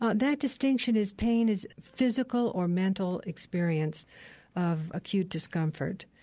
ah that distinction is pain is physical or mental experience of acute discomfort.